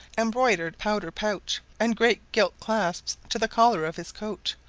embroidered powder-pouch, and great gilt clasps to the collar of his coat,